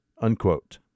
unquote